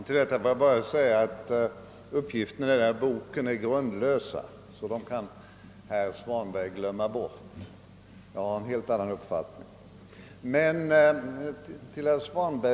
Till det sista vill jag bara säga, att uppgifterna i den där boken är grundlösa, så dem kan herr Svanberg glömma bort. Jag har en helt annan uppfattning än vad som där anges.